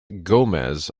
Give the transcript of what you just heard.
gomez